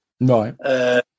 Right